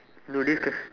no this quest